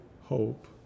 hope